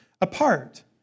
apart